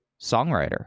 songwriter